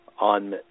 on